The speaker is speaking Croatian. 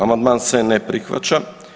Amandman se ne prihvaća.